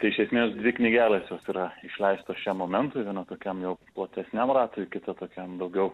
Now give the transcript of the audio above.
tai iš esmės dvi knygelės jos yra išleistos šiam momentui viena tokiam jau platesniam ratui kita tokiam daugiau